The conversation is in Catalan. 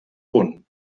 punt